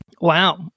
Wow